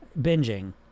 binging